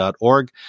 org